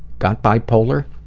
got bipolar?